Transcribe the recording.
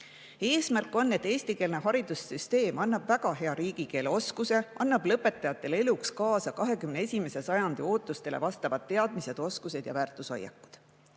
Eesmärk on, et eestikeelne haridussüsteem annab väga hea riigikeele oskuse, annab lõpetajatele eluks kaasa 21. sajandi ootustele vastavad teadmised, oskused ja väärtushoiakud. Probleemid.